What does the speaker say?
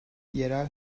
yerel